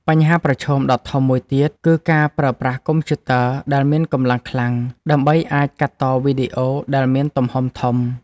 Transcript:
បញ្ហាប្រឈមដ៏ធំមួយទៀតគឺការប្រើប្រាស់កុំព្យូទ័រដែលមានកម្លាំងខ្លាំង ដើម្បីអាចកាត់តវីដេអូដែលមានទំហំធំ។